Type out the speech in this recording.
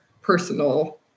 personal